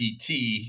GPT